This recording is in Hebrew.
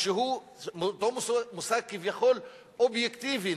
כביכול אובייקטיבי,